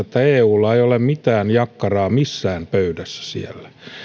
että eulla ei ole mitään jakkaraa missään pöydässä siellä